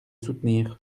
soutenir